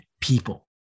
people